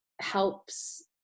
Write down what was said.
helps